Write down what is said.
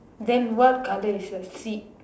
then what colour is the seat